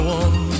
one